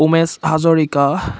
Umesh Hazarika